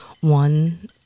one